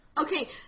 Okay